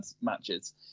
matches